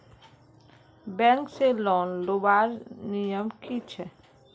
Bank से loan लुबार नियम की छे?